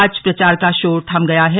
आज प्रचार का शोर थम गया है